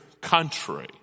country